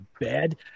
bad